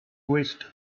wisdom